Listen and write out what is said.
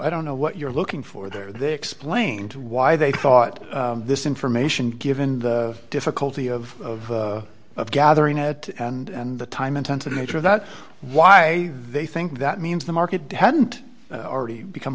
i don't know what you're looking for there they explained why they thought this information given the difficulty of of gathering at and the time intensive nature that why they think that means the market hadn't already become